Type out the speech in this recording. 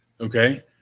Okay